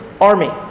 army